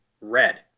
red